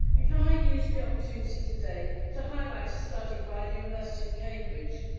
and can i use the opportunity today to highlight a study by the university of cambridge,